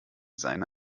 seine